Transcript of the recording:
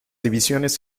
divisiones